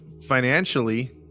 financially